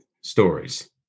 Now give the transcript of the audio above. stories